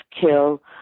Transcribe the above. kill